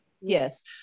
Yes